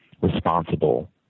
responsible